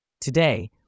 Today